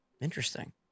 Interesting